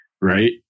Right